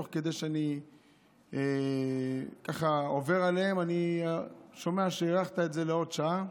תוך כדי שאני עובר עליהן אני שומע שהארכת את זה לעוד שעה.